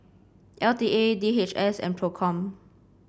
L T A D H S and Procom